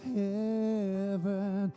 heaven